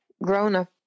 grown-up